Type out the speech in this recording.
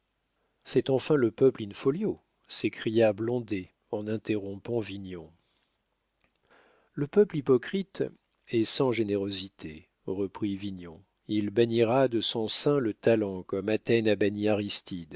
c'est enfin le peuple in-folio s'écria blondet en interrompant vignon le peuple hypocrite et sans générosité reprit vignon il bannira de son sein le talent comme athènes